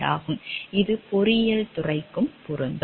இது பொறியியல் துறைக்கும் பொருந்தும்